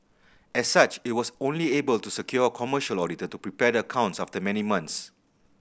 as such it was only able to secure a commercial auditor to prepare the accounts after many months